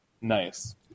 Nice